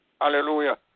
Hallelujah